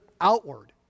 outward